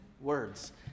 words